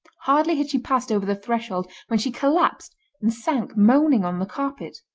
hardly had she passed over the threshold when she collapsed and sank moaning on the carpet.